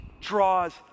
draws